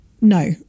no